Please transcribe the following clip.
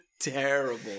terrible